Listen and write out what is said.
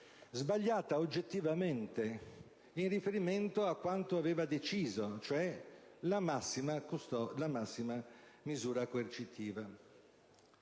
sbagliata oggettivamente in riferimento a quanto aveva deciso, cioè la massima misura coercitiva.